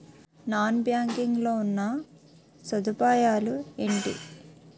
Non banking లో ఉన్నా సదుపాయాలు ఎంటి?